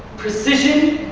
precision,